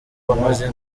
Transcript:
bameze